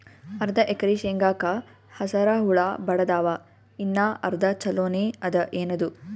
ಅರ್ಧ ಎಕರಿ ಶೇಂಗಾಕ ಹಸರ ಹುಳ ಬಡದಾವ, ಇನ್ನಾ ಅರ್ಧ ಛೊಲೋನೆ ಅದ, ಏನದು?